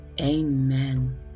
Amen